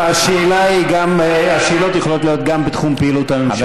השאלות יכולות להיות גם בתחום פעילות הממשלה.